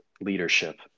leadership